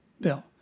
bill